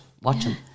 watching